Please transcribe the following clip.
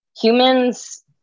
humans